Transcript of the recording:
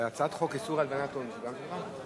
הצעת חוק איסור הלבנת הון, גם זה שלך?